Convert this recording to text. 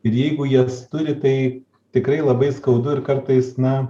ir jeigu jas turi tai tikrai labai skaudu ir kartais na